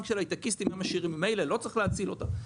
של הייטקיסטים והם ממילא עשירים ולא צריך להציל אותם.